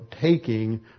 taking